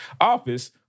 office